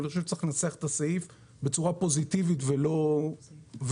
אני חושב שצריך לנסח את הסעיף בצורה פוזיטיבית ולא מעגלית.